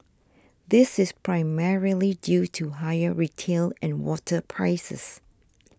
this is primarily due to higher retail and water prices